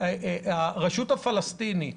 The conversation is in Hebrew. הרשות הפלסטינית,